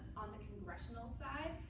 on the congressional side,